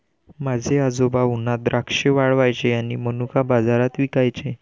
माझे आजोबा उन्हात द्राक्षे वाळवायचे आणि मनुका बाजारात विकायचे